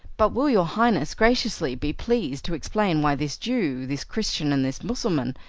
but will your highness graciously be pleased to explain why this jew, this christian, and this mussulman,